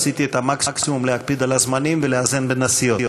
עשיתי את המקסימום להקפיד על הזמנים ולאזן בין הסיעות.